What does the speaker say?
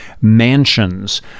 mansions